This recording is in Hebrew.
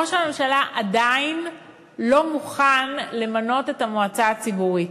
ראש הממשלה עדיין לא מוכן למנות את המועצה הציבורית,